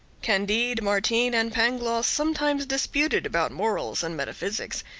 candide, martin, and pangloss sometimes disputed about morals and metaphysics.